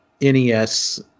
NES